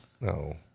No